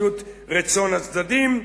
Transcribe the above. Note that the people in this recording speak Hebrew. לשביעות רצון הצדדים,